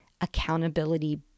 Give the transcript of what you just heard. accountability